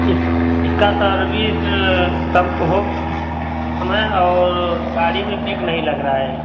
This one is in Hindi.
इसका इसकी सर्विस कम हो समय और गाड़ी में ब्रेक नहीं लग रहा है